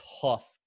tough